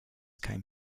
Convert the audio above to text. came